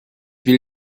will